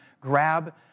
grab